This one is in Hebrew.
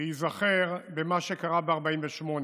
להיזכר במה שקרה ב-48',